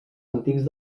antics